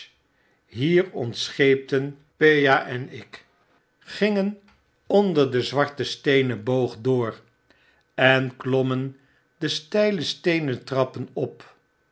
ontscheepten pea en ik gingen onder den zwarten steenen boog door en klommen de steile steenen trappen op